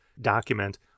document